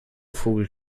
vogel